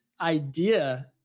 idea